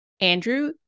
Andrew